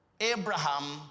Abraham